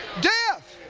death.